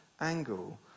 angle